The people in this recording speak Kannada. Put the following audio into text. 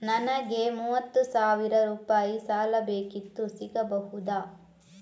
ನನಗೆ ಮೂವತ್ತು ಸಾವಿರ ರೂಪಾಯಿ ಸಾಲ ಬೇಕಿತ್ತು ಸಿಗಬಹುದಾ?